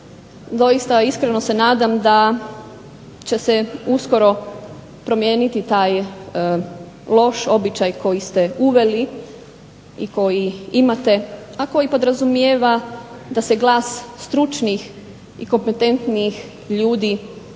doista iskreno se nadam da će se uskoro promijeniti taj loš običaj koji ste uveli i koji imate, a koji podrazumijeva da se glas stručnih i kompetentnih ljudi